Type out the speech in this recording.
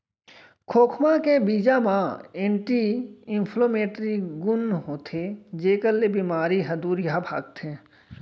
खोखमा के बीजा म एंटी इंफ्लेमेटरी गुन होथे जेकर ले बेमारी ह दुरिहा भागथे